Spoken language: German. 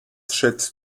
schätzt